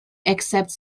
accepts